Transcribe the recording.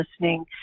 listening